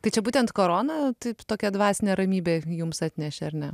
tai čia būtent korona taip tokią dvasinę ramybę jums atnešė ar ne